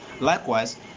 likewise